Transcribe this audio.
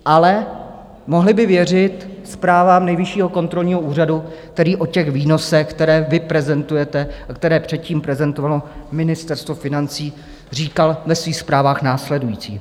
Ale mohli by věřit zprávám Nejvyššího kontrolního úřadu, který o výnosech, které vy prezentujete a které předtím prezentovalo Ministerstvo financí, říkal ve svých zprávách následující.